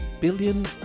billion